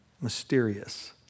mysterious